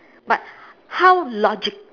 but how logi~